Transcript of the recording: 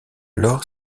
alors